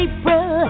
April